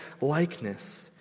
likeness